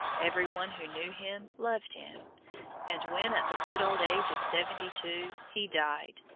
every one who knew him loved him and when at the good old age of seventy-two, he died,